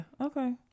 okay